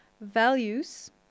values